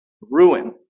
ruin